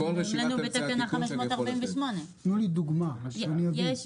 כל רשימת אמצעי התיקון בתקנה 548. תנו לי דוגמה שאני אבין.